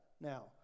Now